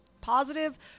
positive